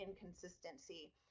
inconsistency